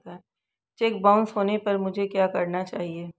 Check bounce होने पर मुझे क्या करना चाहिए?